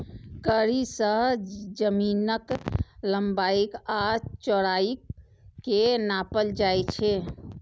कड़ी सं जमीनक लंबाइ आ चौड़ाइ कें नापल जाइ छै